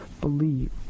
believe